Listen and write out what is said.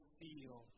feel